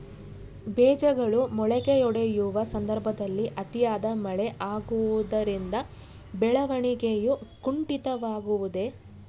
ಬೇಜಗಳು ಮೊಳಕೆಯೊಡೆಯುವ ಸಂದರ್ಭದಲ್ಲಿ ಅತಿಯಾದ ಮಳೆ ಆಗುವುದರಿಂದ ಬೆಳವಣಿಗೆಯು ಕುಂಠಿತವಾಗುವುದೆ?